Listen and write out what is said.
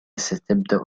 ستبدأ